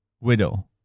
Widow